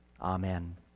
Amen